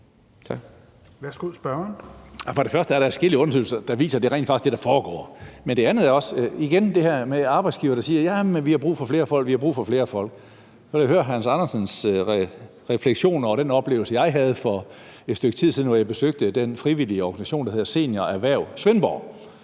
vil jeg sige: Der er adskillige undersøgelser, der viser, at det rent faktisk er det, der foregår. Til det andet med, at der er arbejdsgivere, der siger, at de har brug for flere folk, vil jeg gerne høre hr. Hans Andersens refleksioner over den oplevelse, som jeg havde for et stykke tid siden, hvor jeg besøgte den frivillige organisation, der hedder Senior Erhverv Svendborg.